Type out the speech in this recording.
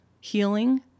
healing